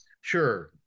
sure